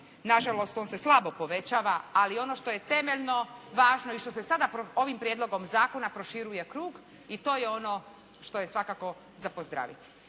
Na žalost on se slabo povećava ali ono što je temeljno važno i što se sada ovim prijedlogom zakona proširuje krug i to je ono što je svakako za pozdraviti.